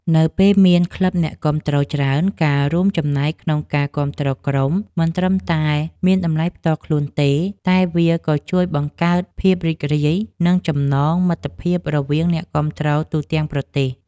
នៅពេលមានក្លឹបអ្នកគាំទ្រច្រើន ការរួមចំណែកក្នុងការគាំទ្រក្រុមមិនត្រឹមតែមានតម្លៃផ្ទាល់ខ្លួនទេ តែវាក៏ជួយបង្កើតភាពរីករាយ និងចំណងមិត្តភាពរវាងអ្នកគាំទ្រទូទាំងប្រទេស។